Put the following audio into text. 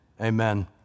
Amen